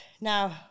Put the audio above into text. now